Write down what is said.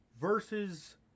versus